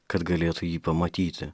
kad galėtų jį pamatyti